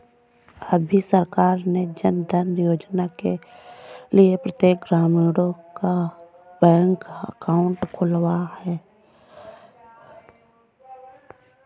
अभी सरकार ने जनधन योजना के लिए प्रत्येक ग्रामीणों का बैंक अकाउंट खुलवाया है